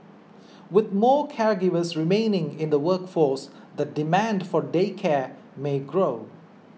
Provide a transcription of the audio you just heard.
with more caregivers remaining in the workforce the demand for day care may grow